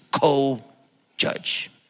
co-judge